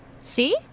See